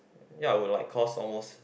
ya would like cost almost